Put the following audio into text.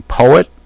poet